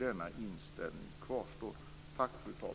Denna inställning kvarstår.